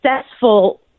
successful